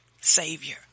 Savior